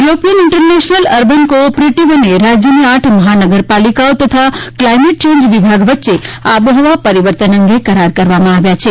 European international urban cooperative અને રાજ્યની આઠ મહાનગરપાલિકાઓ તથા ક્લાઇમેન્ટ ચેન્જ વિભાગ વચ્ચે આબોહવા પરિવર્તન અંગે કરાર કરવામાં આવ્યા છે